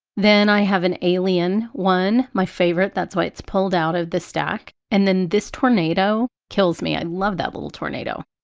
then i have an alien one my favorite that's why it's pulled out of the stack, and then this tornado kills me. i love that little tornado,